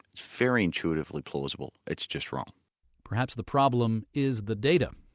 it's very intuitively plausible it's just wrong perhaps the problem is the data.